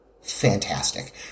fantastic